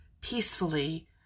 peacefully